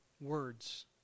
words